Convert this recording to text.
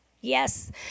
yes